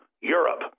Europe